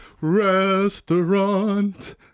restaurant